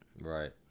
Right